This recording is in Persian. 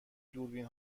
دوربین